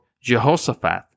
Jehoshaphat